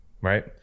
right